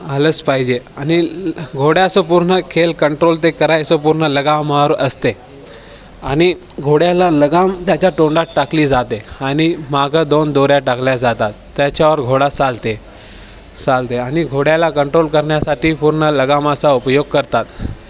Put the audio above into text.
आलंच पाहिजे आणि घोड्याचं पूर्ण खेळ कंट्रोल ते करायचं पूर्ण लगामावर असते आणि घोड्याला लगाम त्याच्या तोंडात टाकली जाते आणि मागं दोन दोऱ्या टाकल्या जातात त्याच्यावर घोडा चालते चालते आणि घोड्याला कंट्रोल करण्यासाठी पूर्ण लगामाचा उपयोग करतात